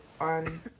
On